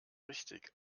richtig